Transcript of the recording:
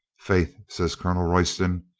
faith, says colonel royston,